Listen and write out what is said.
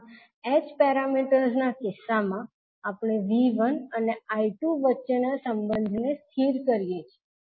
હવે h parameters ના કિસ્સામાં આપણે 𝐕1 અને 𝐈2 વચ્ચેના સંબંધને સ્થિર કરીએ છીએ